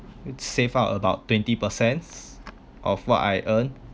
saved up about twenty per cents of what I earn